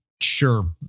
sure